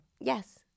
Yes